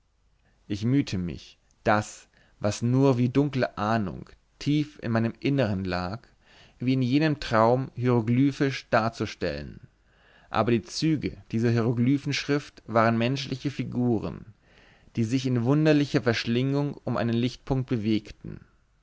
ich mühte mich das was nur wie dunkle ahnung tief in meinem innern lag wie in jenem traum hieroglyphisch darzustellen aber die züge dieser hieroglyphenschrift waren menschliche figuren die sich in wunderlicher verschlingung um einen lichtpunkt bewegten